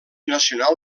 nacional